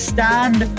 Stand